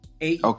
Eight